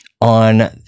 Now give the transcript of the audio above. on